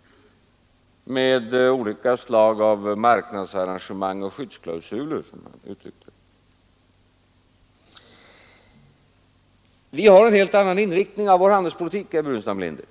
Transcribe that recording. — med olika slag av marknadsarrangemang och skyddsklausuler, som han uttryckte det. Vi har en helt annan inriktning av vår handelspolitik, herr Burenstam Linder.